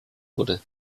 wurde